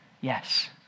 Yes